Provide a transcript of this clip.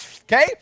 Okay